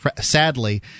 sadly